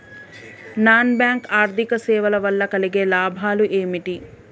Non bank ఆర్థిక సేవల వల్ల కలిగే లాభాలు ఏమిటి?